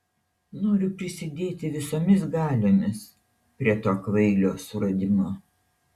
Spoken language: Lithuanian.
noriu prisidėti visomis galiomis prie to kvailio suradimo